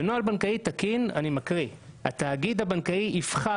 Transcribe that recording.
כאשר בנוהל בנקאי תקין אני מקריא "התאגיד הבנקאי יבחר